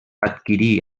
adquirí